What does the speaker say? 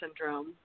syndrome